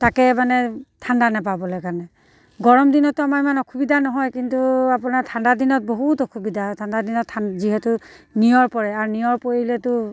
তাকে মানে ঠাণ্ডা নাপাবলৈ কাৰণে গৰম দিনততো আমাৰ ইমান অসুবিধা নহয় কিন্তু আপোনাৰ ঠাণ্ডা দিনত বহুত অসুবিধা ঠাণ্ডা দিনত যিহেতু নিয়ৰ পৰে আৰু নিয়ৰ পৰিলেতো